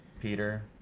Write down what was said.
Peter